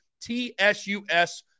TSUS